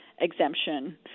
exemption